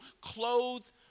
clothed